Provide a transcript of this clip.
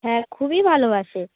হ্যাঁ খুবই ভালোবাসে